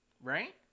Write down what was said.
Right